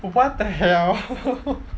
what the hell